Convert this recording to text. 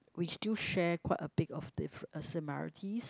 we still share quite a big of the uh similarities